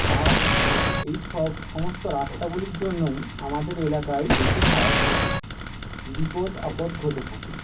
আর এই সব সমস্ত রাস্তাগুলির জন্যই আমাদের এলাকায় বেশিরভাগ বিপদ আপদ ঘটে থাকে